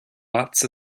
lots